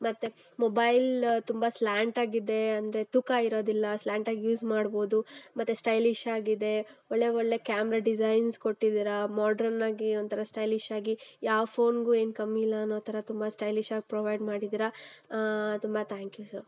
ಮತ್ತೆ ಮೊಬೈಲ್ ತುಂಬ ಸ್ಲ್ಯಾಂಟ್ ಆಗಿದೆ ಅಂದರೆ ತೂಕ ಇರೋದಿಲ್ಲ ಸ್ಲ್ಯಾಂಟ್ ಆಗಿ ಯೂಸ್ ಮಾಡ್ಬೋದು ಮತ್ತು ಸ್ಟೈಲಿಶ್ ಆಗಿದೆ ಒಳ್ಳೆಯ ಒಳ್ಳೆಯ ಕ್ಯಾಮ್ರಾ ಡಿಸೈನ್ಸ್ ಕೊಟ್ಟಿದ್ದೀರಾ ಮಾಡ್ರನ್ ಆಗಿ ಒಂಥರ ಸ್ಟೈಲಿಶ್ಶಾಗಿ ಯಾವ ಫೋನ್ಗೂ ಏನು ಕಮ್ಮಿ ಇಲ್ಲ ಅನ್ನೋ ಥರ ತುಂಬ ಸ್ಟೈಲಿಶಾಗಿ ಪ್ರೊವೈಡ್ ಮಾಡಿದ್ದೀರಾ ತುಂಬ ಥ್ಯಾಂಕ್ ಯು ಸರ್